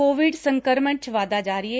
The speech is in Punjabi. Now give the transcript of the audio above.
ਕੋਵਿਡ ਸੰਕਰਮਣ ਚ ਵਾਧਾ ਜਾਰੀ ਏ